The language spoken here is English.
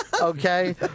okay